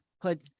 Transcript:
put